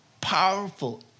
powerful